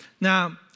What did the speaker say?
Now